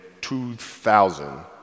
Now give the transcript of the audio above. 2000